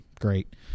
Great